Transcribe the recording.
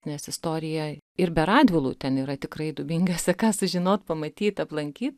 nes istorija ir be radvilų ten yra tikrai dubingiuose ką sužinot pamatyt aplankyt